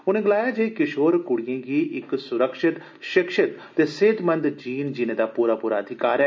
उनें गलाया जे किशोर कुड़िएं गी इक सुरक्षित शिक्षित ते सेहतमंद जीन जीने दा पूरा पूरा अधिकार ऐ